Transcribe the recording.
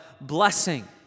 blessing